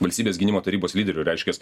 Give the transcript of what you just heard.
valstybės gynimo tarybos lyderių reiškias